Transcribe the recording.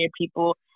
people